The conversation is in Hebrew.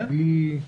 כן.